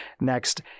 Next